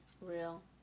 real